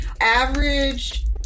Average